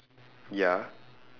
ya